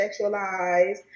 sexualized